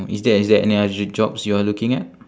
is there is there any other jobs you are looking at